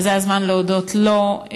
וזה הזמן להודות לו,